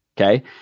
okay